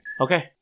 Okay